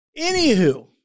Anywho